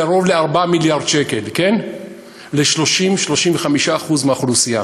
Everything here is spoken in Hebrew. קרוב ל-4 מיליארד שקל ל-30%, 35% מהאוכלוסייה.